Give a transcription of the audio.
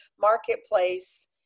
marketplace